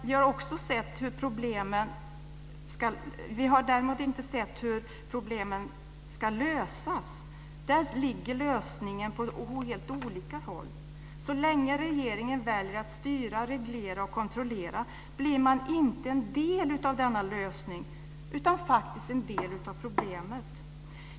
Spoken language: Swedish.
Vi har däremot inte sett hur problemen ska lösas. Lösningarna ligger på helt olika håll. Så länge regeringen väljer att styra, reglera och kontrollera blir man inte en del av lösningen utan faktiskt en del av problemet.